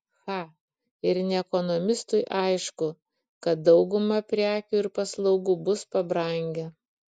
cha ir ne ekonomistui aišku kad dauguma prekių ir paslaugų bus pabrangę